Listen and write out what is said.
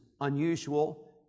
unusual